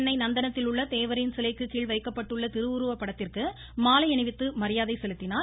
சென்னை நந்தனத்தில் உள்ள தேவரின் சிலைக்கு கீழ் வைக்கப்பட்டுள்ள திருவுருவப்படத்திற்கு இன்று மாலை அணிவித்து மரியாதை செலுத்தினார்